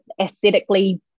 Aesthetically